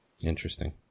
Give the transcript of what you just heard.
Interesting